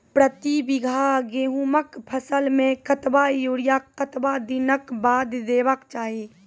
प्रति बीघा गेहूँमक फसल मे कतबा यूरिया कतवा दिनऽक बाद देवाक चाही?